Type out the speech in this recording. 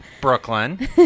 Brooklyn